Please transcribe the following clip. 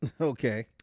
Okay